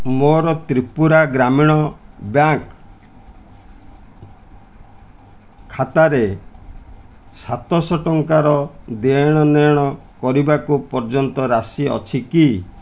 ମୋର ତ୍ରିପୁରା ଗ୍ରାମୀଣ ବ୍ୟାଙ୍କ୍ ଖାତାରେ ସାତଶହ ଟଙ୍କାର ଦେଣନେଣ କରିବାକୁ ପର୍ଯ୍ୟନ୍ତ ରାଶି ଅଛି କି